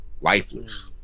lifeless